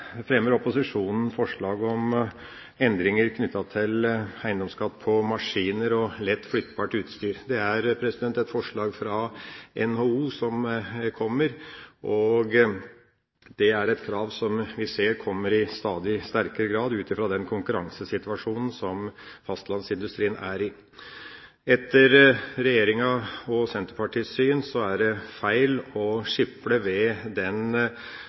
fremmer opposisjonen forslag om endringer knyttet til eiendomsskatt på maskiner og lett flyttbart utstyr. Dette er et forslag fra NHO, og det er et krav som vi i stadig sterkere grad ser komme, ut fra den konkurransesituasjonen som fastlandsindustrien er i. Etter regjeringas og Senterpartiets syn er det feil å skiple ved ordninga som har vært her, fordi integrert maskineri og tilbehør er en del av den